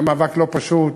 היה מאבק לא פשוט.